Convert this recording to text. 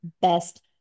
best